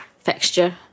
fixture